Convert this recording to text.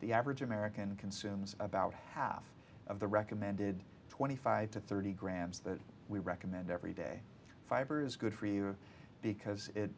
the average american consumes about half of the recommended twenty five to thirty grams that we recommend every day fiber is good for you because it